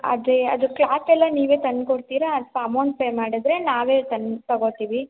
ಅದೇ ಅದು ಕ್ಲಾತೆಲ್ಲ ನೀವೇ ತಂದು ಕೊಡ್ತೀರಾ ಅಥ್ವಾ ಅಮೌಂಟ್ ಪೇ ಮಾಡಿದ್ರೆ ನಾವೇ ತನ್ ತಗೋತೀವಿ